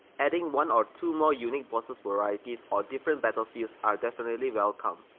adding one or two more unique bosses varieties or different battlefields are definitely welcomed.